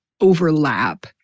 overlap